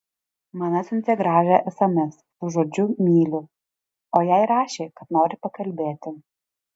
man atsiuntė gražią sms su žodžiu myliu o jai rašė kad nori pakalbėti